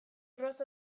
gros